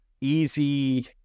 easy